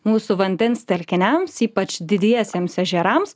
mūsų vandens telkiniams ypač didiesiems ežerams